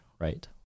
right